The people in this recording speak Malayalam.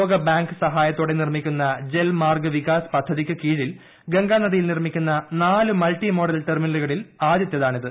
ലോകബാങ്ക് സഹായത്തോടെ നിർമ്മിക്കുന്ന ജൽമാർഗ് വികാസ് പദ്ധതിക്ക് കീഴിൽ ഗംഗാനദിയിൽ നിർമ്മിക്കുന്ന നാലു മൾട്ടി മോഡൽ ടെർമിനലുകളിൽ ആദ്യത്തേതാണിത്